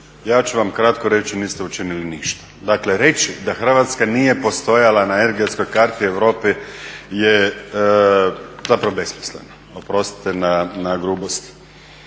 Ja ću vam kratko reći, niste učinili ništa. Dakle, reći da Hrvatska nije postojala na energetskoj karti Europe je zapravo besmisleno, oprostite na grubosti.